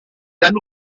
dann